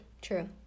true